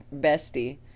bestie